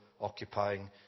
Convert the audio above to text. occupying